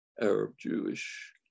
Arab-Jewish